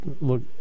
look